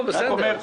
בסדר.